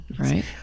right